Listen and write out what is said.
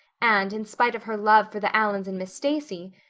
and, in spite of her love for the allans and miss stacy,